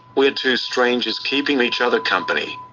we're two strangers keeping each other company.